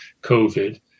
COVID